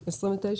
על תקנה